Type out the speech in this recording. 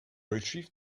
retrieved